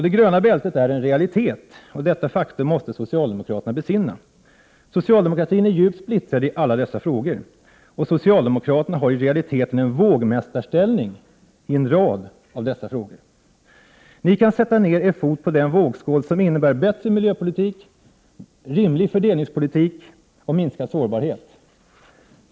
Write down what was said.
Det gröna bältet är en realitet. Detta faktum måste socialdemokraterna besinna. Socialdemokratin är djupt splittrad i alla dessa frågor. Socialdemokraterna hari realiteten en vågmästarställning i en rad av dessa frågor. Ni kan sätta ner er fot på den vågskål som innebär bättre miljöpolitik, rimlig fördelningspolitik och minskad sårbarhet.